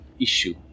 issue